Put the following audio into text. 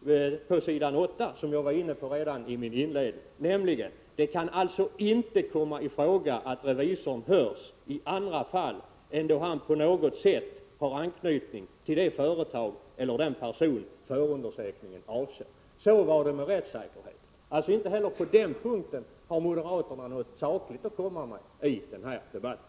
med ett par rader på s. 8 i betänkandet, som jag var inne på redan i mitt inledningsanförande: ”Det kan alltså inte komma i fråga att revisorn hörs i andra fall än då han på något sätt har anknytning till det företag eller den person förundersökningen avser.” Så var det med rättssäkerheten. Inte heller på den punkten har moderaterna något sakligt att komma med i den här debatten.